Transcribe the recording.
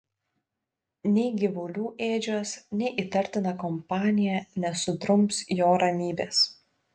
nei gyvulių ėdžios nei įtartina kompanija nesudrums jo ramybės